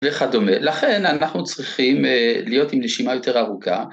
וכדומה. לכן אנחנו צריכים להיות עם נשימה יותר ארוכה,